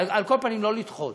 ועל כל פנים, לא לדחות.